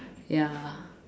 ya